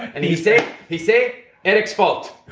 and he say he say eric's fault.